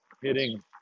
hitting